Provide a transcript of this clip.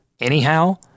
anyhow